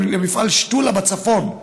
במפעל שתולה בצפון.